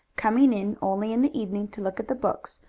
coming in only in the evening to look at the books,